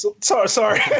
sorry